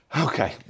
Okay